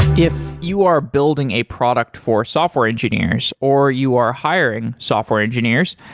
if you are building a product for software engineers, or you are hiring software engineers,